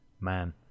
man